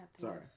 Sorry